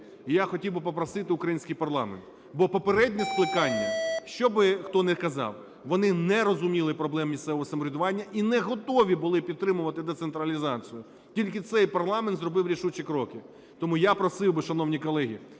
І я хотів би попросити український парламент, бо попереднє скликання, що б хто не казав, вони не розуміли проблем місцевого самоврядування і не готові були підтримувати децентралізацію, тільки цей парламент зробив рішучі кроки. Тому я просив би, шановні колеги,